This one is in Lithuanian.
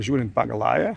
žiūrint pagal lają